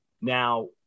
Now